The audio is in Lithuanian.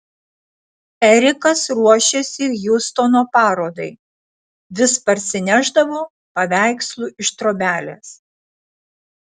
erikas ruošėsi hjustono parodai vis parsinešdavo paveikslų iš trobelės